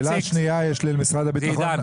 היא לא אומרת את זה.